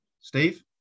Steve